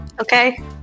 Okay